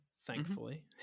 thankfully